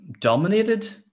dominated